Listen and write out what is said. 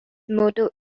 motto